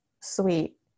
sweet